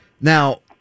Now